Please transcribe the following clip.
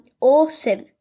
awesome